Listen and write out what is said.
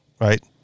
right